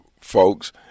folks